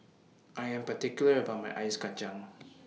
I Am particular about My Ice Kacang